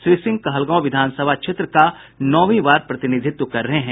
श्री सिंह कहलगांव विधानसभा क्षेत्र का नौवीं बार प्रतिनिधित्व कर रहे हैं